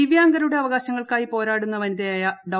ദിവ്യാംഗരുടെ അവകാശങ്ങൾക്കായി പേരാടുന്ന വനിതയായ ഡോ